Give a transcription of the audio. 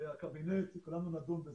והקבינט וכולנו נדון בזה.